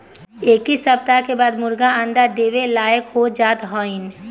इक्कीस सप्ताह के बाद मुर्गी अंडा देवे लायक हो जात हइन